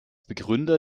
begründer